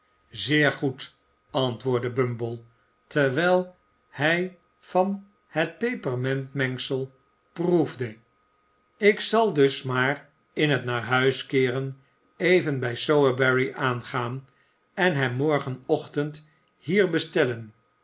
zeer goed antwoordde bumble terwijl hij van het pepermentmengsel proefde ik zal dus maar in het naar huiskeeren even bij sowerberry aangaan en hem morgenochtend hier bestellen